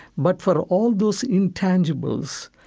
but for all those intangibles,